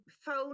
phone